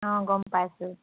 অঁ গম পাইছোঁ